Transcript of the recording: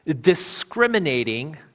discriminating